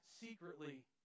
secretly